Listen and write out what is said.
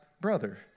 brother